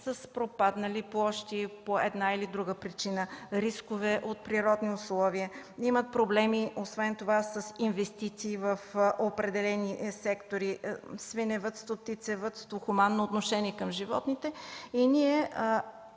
с пропаднали площи по една или друга причина, рискове от природни условия. Освен това имат проблеми с инвестиции в определени сектори – свиневъдство, птицевъдство, хуманно отношение към животните, и ние